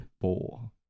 Four